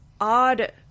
odd